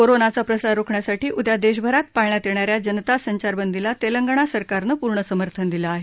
कोरोनाचा प्रसार रोखण्यासाठी उद्या देशभरात पाळण्यात येणा या जनता संचारबंदीला तेलंगणा सरकारनं पूर्ण समर्थन दिलं आहे